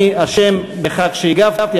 אני אשם בכך שהגבתי,